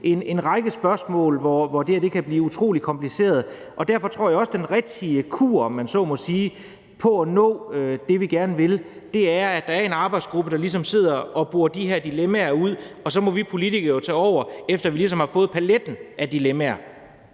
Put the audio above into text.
en række spørgsmål, hvor det her kan blive utrolig kompliceret. Derfor tror jeg også, at den rigtige kur, om man så må sige, i forhold til at nå det, vi gerne vil, er, at der er en arbejdsgruppe, der ligesom sidder og borer de her dilemmaer ud, og så må vi politikere jo tage over, efter vi ligesom har fået paletten af dilemmaer.